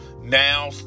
now